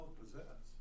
possess